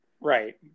Right